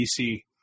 DC